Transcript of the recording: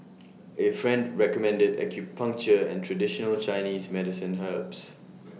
A friend recommended acupuncture and traditional Chinese medicine herbs